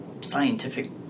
scientific